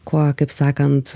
kuo kaip sakant